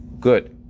Good